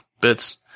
bits